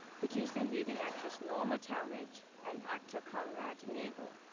producer and leading actress norma talmadge, and actor conrad nagel.